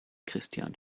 christian